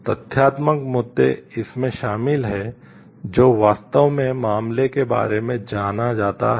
तथ्यात्मक मुद्दे इसमें शामिल हैं जो वास्तव में मामले के बारे में जाना जाता है